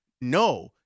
No